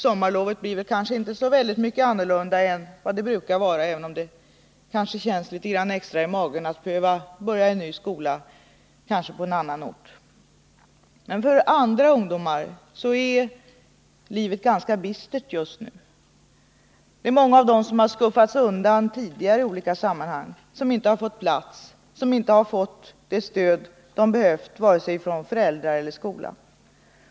Sommarlovet blir kanske inte så mycket annorlunda än vad det brukar vara, även om det kanske känns litet extra i magen att behöva börja en ny skola, kanske på en annan ort. Men för andra ungdomar är livet ganska bistert just nu. Många av dem som inte har fått plats i gymnasieskolan har redan tidigare skuffats undan i olika sammanhang, har inte fått det stöd de behövt från vare sig föräldrar eller skola.